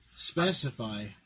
specify